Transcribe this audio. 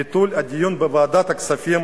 ביטול הדיון בוועדת הכספים